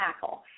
tackle